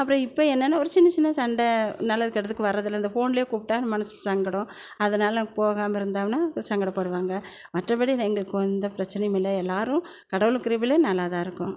அப்பறம் இப்போ என்னன்னு ஒரு சின்ன சின்ன சண்டை நல்லது கெட்டதுக்கு வரதில்ல இந்த ஃபோன்லேயே கூப்பிட்டா மனசு சங்கடம் அதனால் போகாமல் இருந்தோம்னால் சங்கடப்படுவாங்க மற்றப்படி எங்களுக்கு எந்த பிரச்சனையும் இல்லை எல்லாரும் கடவுள் கிருபையில் நல்லா தான் இருக்கோம்